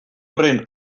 horren